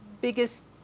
biggest